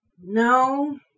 No